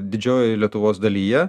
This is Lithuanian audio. didžiojoj lietuvos dalyje